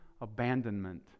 abandonment